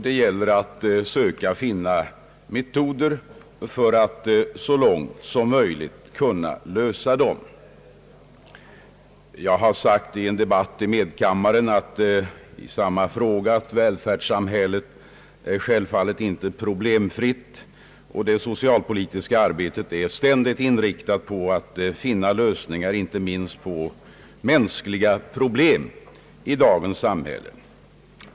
Det gäller att söka finna metoder för att så långt som möjligt lösa det problemet. Jag har sagt i en debatt i medkammaren i samma fråga, att välfärdssamhället självfallet inte är problemfritt. Det socialpolitiska arbetet är ständigt inriktat på att finna lösningar, inte minst på mänskliga problem i dagens samhälle.